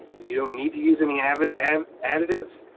you don't need to use any and but and additives.